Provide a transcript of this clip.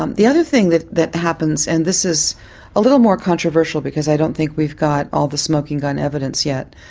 um the other thing that that happens, and this is a little more controversial because i don't think we've got all the smoking-gun evidence yet,